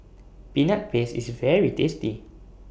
Peanut Paste IS very tasty